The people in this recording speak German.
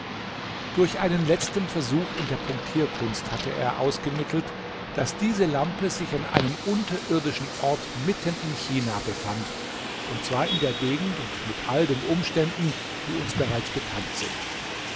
durch einen letzten versuch in der punktierkunst hatte er ausgemittelt daß diese lampe sich an einem unterirdischen ort mitten in china befand und zwar in der gegend und mit all den umständen die uns bereits bekannt sind